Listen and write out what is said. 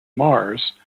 mars